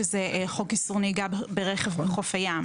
שזה חוק איסור נהיגה ברכב בחוף הים.